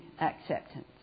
acceptance